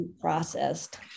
processed